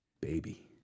baby